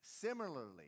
Similarly